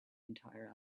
entire